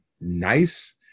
nice